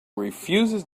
refuses